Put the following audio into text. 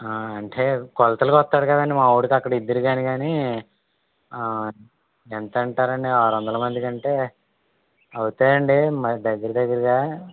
అంటే కొలతలకి వస్తారు కదండీ మా వాడికి అక్కడ ఇద్దురుగాని కానీ ఎంతంటారండి ఆరు వందల మందికంటే అవుతాయండి మరి దగ్గర దగ్గరగా